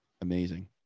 amazing